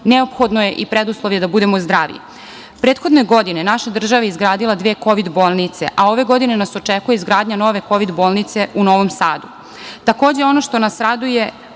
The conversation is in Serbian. neophodno je i preduslov je da budemo zdravi. Prethodne godine naša država je izgradila dve kovid bolnice, a ove godine nas očekuje izgradnje nove kovid bolnice u Novom Sadu. Takođe, ono što nas raduje